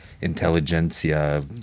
intelligentsia